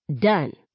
Done